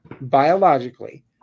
biologically